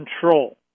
control